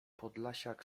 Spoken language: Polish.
podlasiak